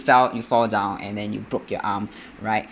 fell you fall down and then you broke your arm right